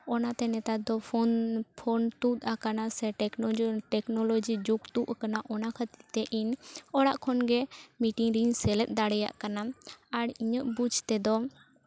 ᱚᱱᱟᱛᱮ ᱱᱮᱛᱟᱨ ᱫᱚ ᱯᱷᱳᱱ ᱛᱩᱫ ᱟᱠᱟᱱᱟ ᱥᱮ ᱴᱮᱠᱱᱳᱞᱚᱡᱤ ᱡᱩᱜᱽ ᱛᱩᱫ ᱟᱠᱟᱱᱟ ᱚᱱᱟ ᱠᱷᱟᱹᱛᱤᱨ ᱛᱮ ᱤᱧ ᱚᱲᱟᱜ ᱠᱷᱚᱱ ᱜᱮ ᱢᱤᱴᱤᱝ ᱨᱤᱧ ᱥᱮᱞᱮᱫ ᱫᱟᱲᱮᱭᱟᱜ ᱠᱟᱱᱟ ᱟᱨ ᱤᱧᱟᱹᱜ ᱵᱩᱡᱽ ᱛᱮᱫᱚ